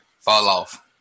fall-off